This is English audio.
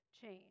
change